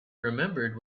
remembered